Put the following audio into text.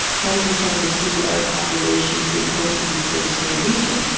twenty percent of the sunni arab population is being hosted in the kurdistan region.